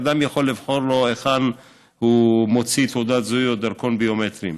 ואדם יכול לבחור לו היכן הוא מוציא תעודת זהות או דרכון ביומטריים,